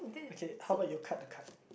okay how about you cut the card